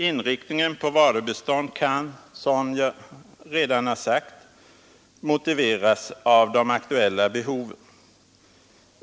Inriktningen på varubistånd kan, som jag redan sagt, motiveras av de aktuella behoven.